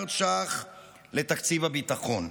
מיליארד ש"ח למשרד הביטחון,